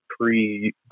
pre